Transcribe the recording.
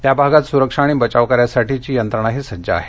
त्या भागात सुरक्षा आणि बचावकार्यासाठीची यंत्रणाही सज्ज आहे